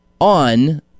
on